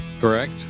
Correct